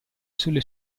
sulle